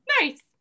Nice